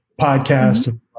podcast